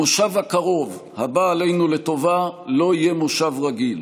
המושב הקרוב הבא עלינו לטובה לא יהיה מושב רגיל.